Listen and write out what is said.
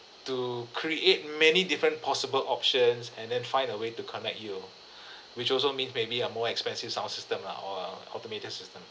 to create many different possible options and then find a way to connect you which also means may be a more expensive sound system lah or a automated system